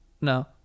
No